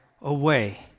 away